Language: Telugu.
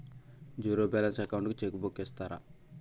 జీరో బాలన్స్ అకౌంట్ కి చెక్ బుక్ ఇస్తారా?